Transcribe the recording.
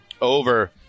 over